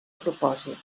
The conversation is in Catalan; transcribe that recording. propòsit